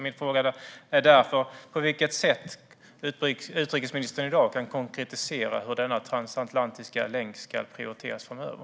Min fråga är därför: Kan utrikesministern konkretisera hur denna transatlantiska länk ska prioriteras framöver?